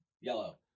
Yellow